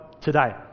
today